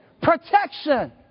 Protection